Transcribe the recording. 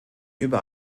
über